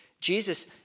Jesus